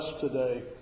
today